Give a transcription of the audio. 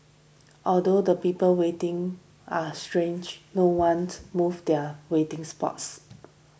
although the people waiting are stretched no once moved their waiting spots